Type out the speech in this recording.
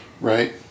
Right